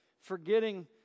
forgetting